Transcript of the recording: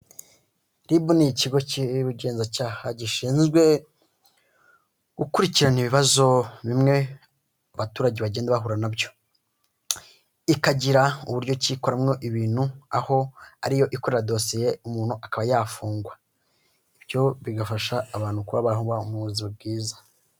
RIB ni ikigo ubugenzacyaha gishinzwe gukurikirana ibibazo bimwe abaturage bagenda bahura nabyo, ikagira uburyo ki ikoramo ibintu aho ariyo ikorera dosiye umuntu akaba yafungwa. Ibyo bigafasha abantu kuba baba mu buzima bwiza.